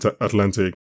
Atlantic